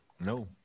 No